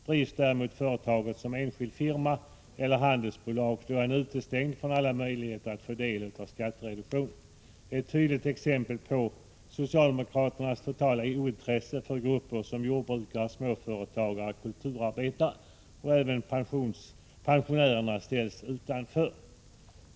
Drivs däremot företaget som enskild firma eller handelsbolag, är han utestängd från alla möjligheter att få del av skattereduktionen — ett tydligt exempel på socialdemokraternas totala ointresse för grupper som jordbrukare, småföretagare och kulturarbetare. Även pensionärerna ställs utanför.